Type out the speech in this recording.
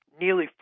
Nearly